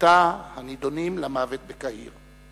מתא הנידונים למוות בקהיר,